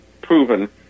proven